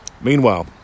Meanwhile